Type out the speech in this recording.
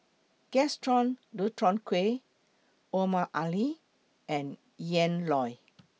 Gaston Dutronquoy Omar Ali and Ian Loy